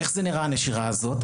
איך נראית הנשירה הזו?